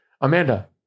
Amanda